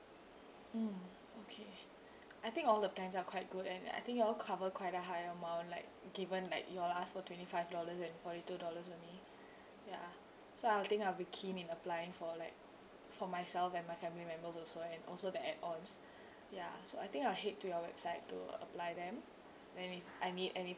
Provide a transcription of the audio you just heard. mm okay I think all the plans are quite good and I think you all cover quite a high amount like given like you all ask for twenty five dollars and forty two dollars only ya so I think I'll be keen in applying for like for myself and my family members also and also the add ons ya so I think I'll head to your website to apply them then if I need any~